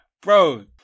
Bro